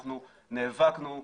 אנחנו נאבקנו,